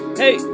hey